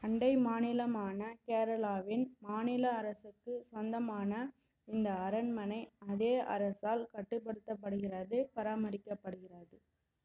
அண்டை மாநிலமான கேரளாவின் மாநில அரசுக்குச் சொந்தமான இந்த அரண்மனை அதே அரசால் கட்டுப்படுத்தப்படுகிறது பராமரிக்கப்படுகிறது